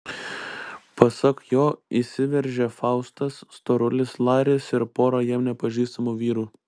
pasak jo įsiveržė faustas storulis laris ir pora jam nepažįstamų vyrų